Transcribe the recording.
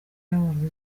yabonye